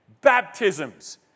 baptisms